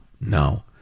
no